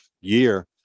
year